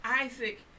Isaac